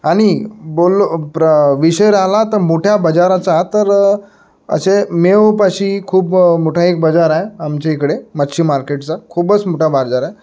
आणि बोललो प्र विषय राहला तर मोठ्या बाजाराचा तर असे मेवोपाशी खूप मोठा एक बाजार आहे आमच्या इकडे मच्छी मार्केटचा खूपच मोठा बाजार आहे